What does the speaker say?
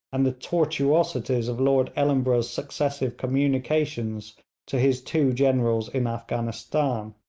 and the tortuosities of lord ellenborough's successive communications to his two generals in afghanistan.